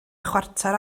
chwarter